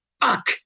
fuck